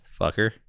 fucker